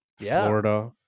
Florida